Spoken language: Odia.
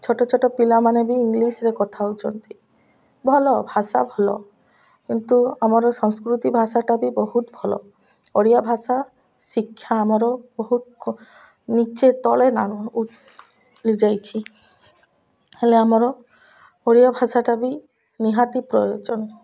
ଛୋଟ ଛୋଟ ପିଲାମାନେ ବି ଇଂଲିଶରେ କଥା ହେଉଛନ୍ତି ଭଲ ଭାଷା ଭଲ କିନ୍ତୁ ଆମର ସଂସ୍କୃତି ଭାଷାଟା ବି ବହୁତ ଭଲ ଓଡ଼ିଆ ଭାଷା ଶିକ୍ଷା ଆମର ବହୁତ ନୀଚେ ତଳେ ଯାଇଛି ହେଲେ ଆମର ଓଡ଼ିଆ ଭାଷାଟା ବି ନିହାତି ପ୍ରୟୋଜନ